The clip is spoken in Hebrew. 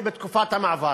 בתקופת המעבר.